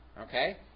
Okay